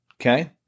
Okay